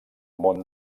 món